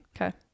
Okay